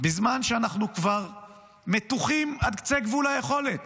בזמן שאנחנו כבר מתוחים עד קצה גבול היכולת